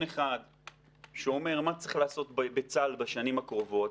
אחד שאומר מה צריך לעשות בצה"ל בשנים הקרובות,